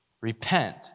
repent